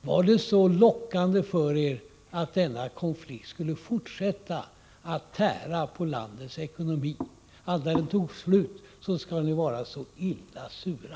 Var det så lockande för er att denna konflikt skulle fortsätta att tära på landets ekonomi, att när den tog slut skall ni vara så illa sura?